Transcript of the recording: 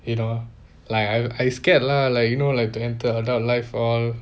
you know like I I scared lah like you know like the adult life all